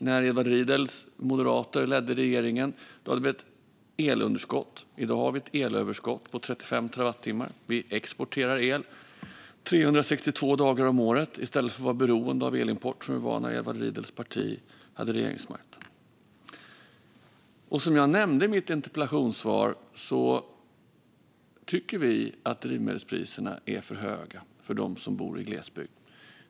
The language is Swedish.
När Edward Riedls Moderaterna ledde regeringen hade vi ett elunderskott. I dag har vi ett elöverskott på 35 terawattimmar. Vi exporterar el 362 dagar om året i stället för att vara beroende av elimport som vi var när Edward Riedls parti hade regeringsmakten. Som jag nämnde i mitt interpellationssvar tycker vi att drivmedelspriserna är för höga för dem som bor i glesbygd.